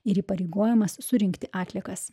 ir įpareigojamas surinkti atliekas